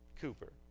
Cooper